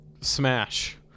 smash